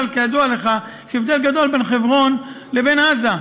אבל כידוע לך, יש הבדל גדול בין חברון לבין עזה: